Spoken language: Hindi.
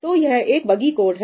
तो यह एक बगी कोड है